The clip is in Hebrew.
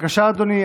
אדוני.